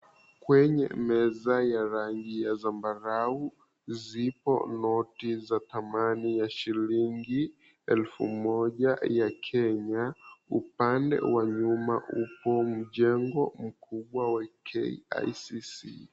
Kwenye meza ya rangi ya zambarau zipo noti za thamani ya shilingi elfu moja ya Kenya. Upande wa nyuma upo mjengo mkubwa wa KICC.